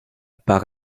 par